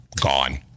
gone